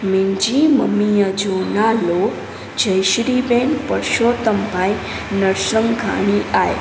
मुंहिंजी मम्मीअ जो नालो जय श्री बहेन परशोतम भाई नरसंघाणी आहे